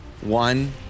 One